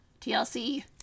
TLC